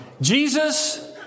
Jesus